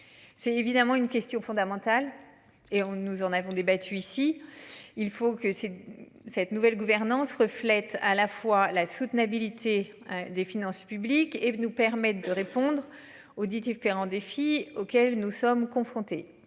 C'est évidemment une question fondamentale et on nous en avons débattu ici. Il faut que cette. Cette nouvelle gouvernance reflète à la fois la soutenabilité des finances publiques et nous permettent de répondre aux Didier Ferrand défi. Auxquels nous sommes confrontés.